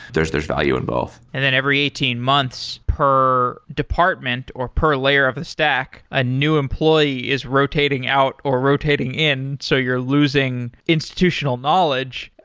there's there's value in both. and then every eighteen months per department or per layer of a sack, a new employee is rotating out or rotating in. so you're losing institutional knowledge.